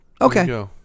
Okay